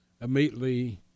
immediately